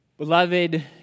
Beloved